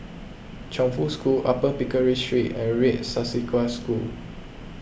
Chongfu School Upper Pickering Street and Red Swastika School